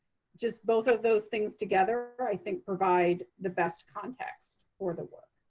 just both of those things together, i think provide the best context for the work.